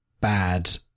bad